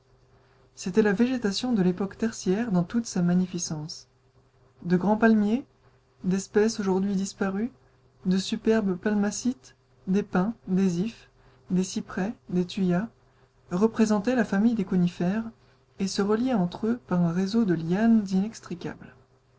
c'était la végétation de l'époque tertiaire dans toute sa magnificence de grands palmiers d'espèces aujourd'hui disparues de superbes palmacites des pins des ifs des cyprès des thuyas représentaient la famille des conifères et se reliaient entre eux par un réseau de lianes